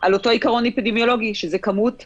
על אותו עיקרון אפידמיולוגי, שזה כמות קטנה,